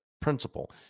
principle